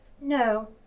No